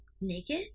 Naked